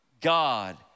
God